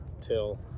till